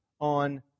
on